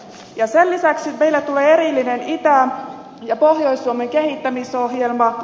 sen lisäksi meille tulee erillinen itä ja pohjois suomen kehittämisohjelma